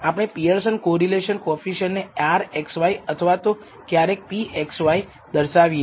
આપણે Pearson correlation coefficient ને rxy અથવા તો ક્યારેક ρxy દર્શાવીએ છીએ